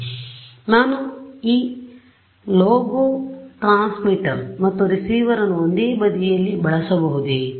ವಿದ್ಯಾರ್ಥಿ ನಾನು ಈ ಲೋಬೊ ಟ್ರಾನ್ಸ್ಮಿಟ್ ಮತ್ತು ರಿಸೀವರ್ ಅನ್ನು ಒಂದೇ ಬದಿಯಲ್ಲಿ ಬಳಸಬಹುದೇ